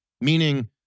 meaning